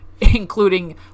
including